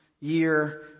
year